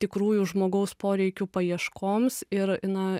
tikrųjų žmogaus poreikių paieškoms ir na